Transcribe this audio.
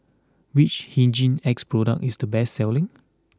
which Hygin X product is the best selling